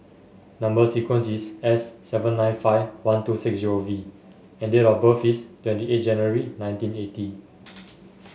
number sequence is S seven nine five one two six zero V and date of birth is twenty eight January nineteen eighty